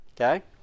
okay